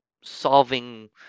solving